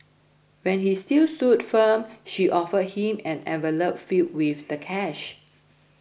when he still stood firm she offered him an envelope filled with the cash